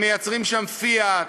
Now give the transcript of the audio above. והם מייצרים שם "פיאט",